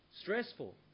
stressful